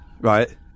right